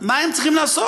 מה הם צריכים לעשות?